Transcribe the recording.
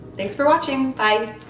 thanks for watching. bye